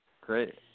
Great